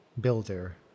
Builder